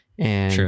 True